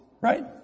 Right